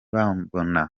bambona